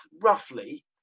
roughly